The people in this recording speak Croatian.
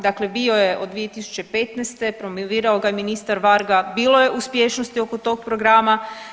Dakle, bio je od 2015. promovirao ga je ministar Varga, bilo je uspješnosti oko tog programa.